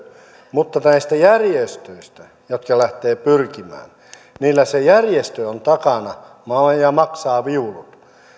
mutta niillä jotka näistä järjestöistä lähtevät pyrkimään se järjestö on takana ja maksaa viulut